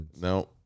No